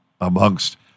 amongst